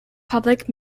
public